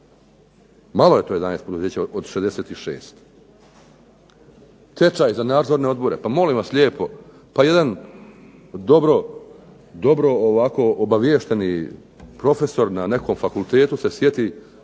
Malo je to 11 poduzeća od 66. Tečaj za nadzorne odbore, pa molim vas lijepo. Pa jedan dobro obaviješteni profesor na fakultetu se sjeti